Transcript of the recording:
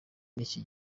n’iki